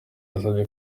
yasabye